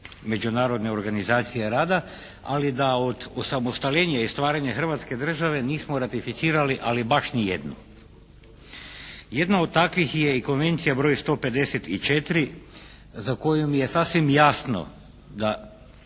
Međunarodne organizacije rada, ali da od osamostaljenja i stvaranja Hrvatske države nismo ratificirali ali baš nijednu. Jedna od takvih je i konvencija broj 154. za koju mi je sasvim jasno da